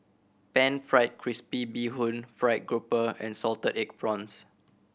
Pan Fried Crispy Bee Hoon fried grouper and salted egg prawns